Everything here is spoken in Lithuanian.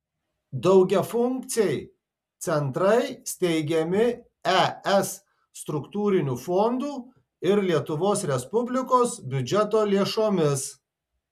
daugiafunkciai centrai steigiami es struktūrinių fondų ir lietuvos respublikos biudžeto lėšomis